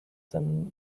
then